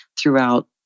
throughout